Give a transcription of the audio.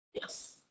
Yes